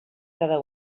cada